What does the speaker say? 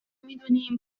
میدونیم